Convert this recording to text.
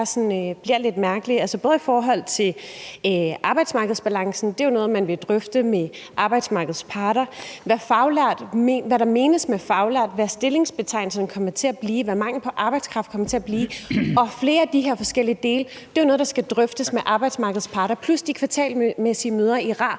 bliver lidt mærkelige, altså både i forhold til arbejdsmarkedsbalancen – det er jo noget, man vil drøfte med arbejdsmarkedets parter – hvad der menes med faglært, hvad stillingsbetegnelserne kommer til at blive, og hvad manglen på arbejdskraft kommer til at blive. Flere af de her forskellige dele er jo noget, der skal drøftes med arbejdsmarkedets parter, plus de kvartalmæssige møder i RAR